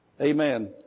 Amen